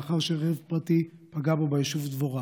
לאחר שרכב פרטי פגע בו ביישוב דבורה.